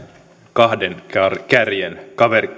kahden kärjen